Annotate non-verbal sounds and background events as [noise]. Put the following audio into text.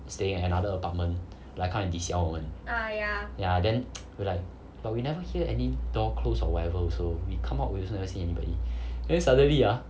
staying at another apartment 来 come and lisiao 我们 ya then [noise] we like but we never hear any door closed or whatever also we come up we also never see anything then suddenly ah